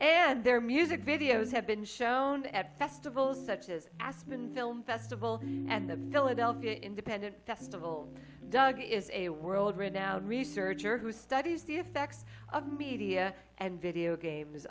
and their music videos have been shown at festivals such as assman film festival and the philadelphia independent dozens of old duggie is a world renowned researcher who studies the effects of media and video games